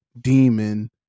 Demon